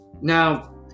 Now